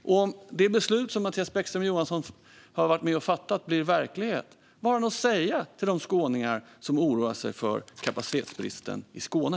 Och om det beslut som Mattias Bäckström Johansson varit med och fattat blir verklighet, vad har han att säga till de skåningar som oroar sig för kapacitetsbristen i Skåne?